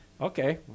okay